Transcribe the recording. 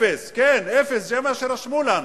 אפס, כן, זה מה שרשמו לנו.